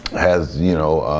has, you know